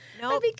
No